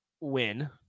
win